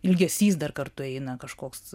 ilgesys dar kartu eina kažkoks